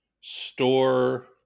store